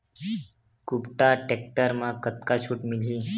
कुबटा टेक्टर म कतका छूट मिलही?